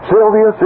Sylvia